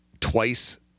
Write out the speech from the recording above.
twice